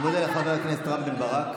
אני מודה לחבר הכנסת רם בן ברק.